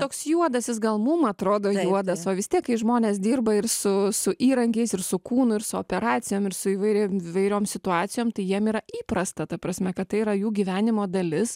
toks juodas jis gal mum atrodo juodas o vis tiek kai žmonės dirba ir su su įrankiais ir su kūnu ir su operacijom ir su įvairi vairiom situacijom tai jiem yra įprasta ta prasme kad tai yra jų gyvenimo dalis